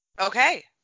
Okay